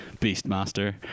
Beastmaster